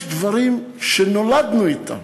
יש דברים שנולדנו אתם,